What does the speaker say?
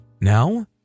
Now